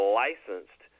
licensed